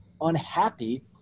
unhappy